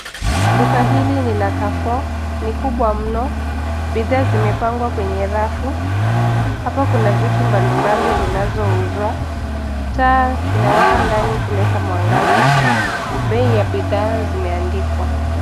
Duka hili ni la CarreFour . Ni kubwa mno. Bidhaa zimepangwa kwenye rafu. Hapa kuna vitu mbalimbali zinazouzwa. Taa inawaka ndani kuleta mwangaza. Bei ya bidhaa zimeandikwa.